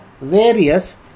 various